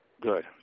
Good